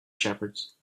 shepherds